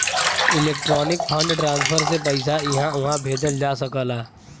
electronic fund transfer से पइसा इहां उहां भेजल जा सकला